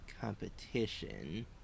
competition